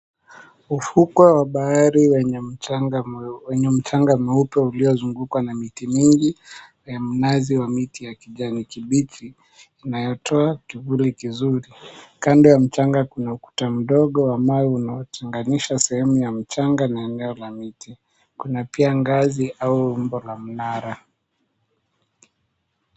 Ufukwe wa bahari wenye mchanga wenye mchanga meupe uliozungukwa na miti mingi, mnazi wa miti ya kijani kibichi inayotoa kivuli kizuri. Kando ya mchanga kuna ukuta mdogo wa mawe unaochanganisha sehemu ya mchanga na eneo la miti. Kuna pia ngazi au mbo la mnara.